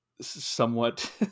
somewhat